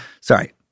sorry